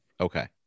okay